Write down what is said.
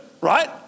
Right